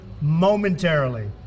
momentarily